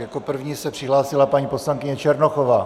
Jako první se přihlásila paní poslankyně Černochová.